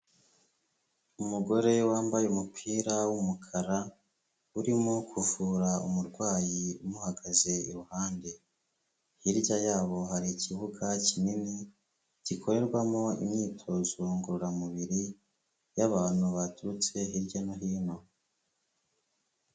Umugore wambaye umupira w'umukara urimo kuvura umurwayi umuhagaze iruhande, hirya yabo hari ikibuga kinini gikorerwamo imyitozo ngororamubiri y'abantu baturutse hirya no hino.